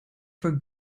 for